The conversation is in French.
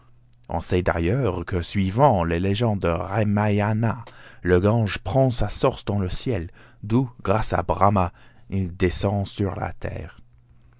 on sait d'ailleurs que suivant les légendes du ramayana le gange prend sa source dans le ciel d'où grâce à brahma il descend sur la terre